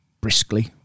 briskly